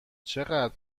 چقدر